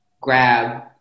Grab